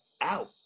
out